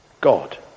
God